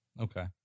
Okay